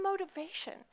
motivation